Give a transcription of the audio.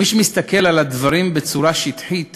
מי שמסתכל על הדברים בצורה שטחית